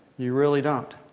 you really don't.